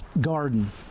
garden